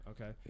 okay